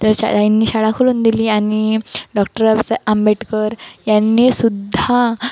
त्या शाळांनी शाळा खोलून दिली आणि डॉक्टर बाबासाहेब आंबेडकर यांनी सुद्धा